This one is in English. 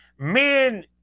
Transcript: Men